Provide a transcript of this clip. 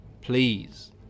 please